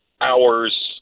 hours